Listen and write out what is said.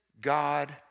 God